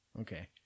okay